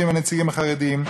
הנציגים החרדים,